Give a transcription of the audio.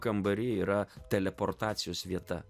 kambary yra teleportacijos vieta